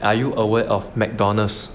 are you aware of McDonald's